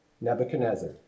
Nebuchadnezzar